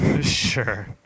sure